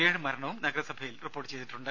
ഏഴുമരണവും നഗരസഭയിൽ റിപ്പോർട്ട് ചെയ്തിട്ടുണ്ട്